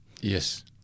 Yes